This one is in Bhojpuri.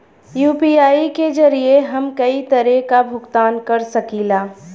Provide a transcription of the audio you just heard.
यू.पी.आई के जरिये हम कई तरे क भुगतान कर सकीला